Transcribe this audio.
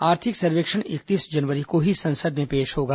आर्थिक सर्वेक्षण इकतीस जनवरी को ही संसद में पेश होगा